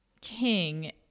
King